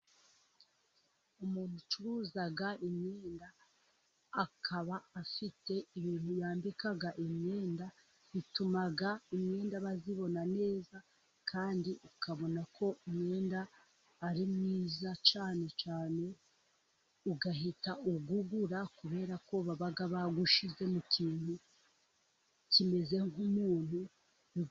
Umuntu ucuruza imyenda, akaba afite ibintu yambika imyenda, bituma imyenda bayibona neza kandi ukabona ko umwenda ari mwiza, cyane cyane ugahita uwugura kubera ko baba bawushyize mu kintu kimeze nk'umuntu.